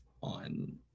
on